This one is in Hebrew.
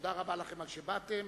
תודה רבה לכם על שבאתם.